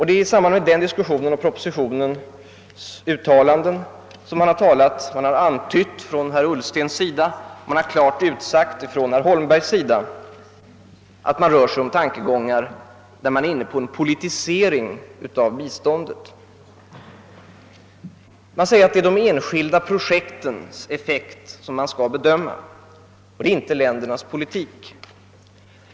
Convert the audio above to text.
Det är i samband med denna diskussion och uttalandena i propositionen som man från herr Ullstens sida antytt och från herr Holmbergs klart utsagt, att där finns tankegångar som innebär en politisering av biståndet. Man säger att det är de enskilda projektens effektivitet som skall bedömas och inte ländernas politik.